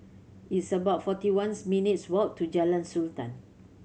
it's about forty ones minutes' walk to Jalan Sultan